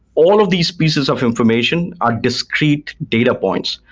all of these pieces of information are discrete data points.